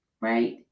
right